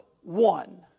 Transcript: one